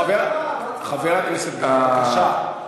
חבר הכנסת גל, בבקשה.